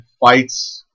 fights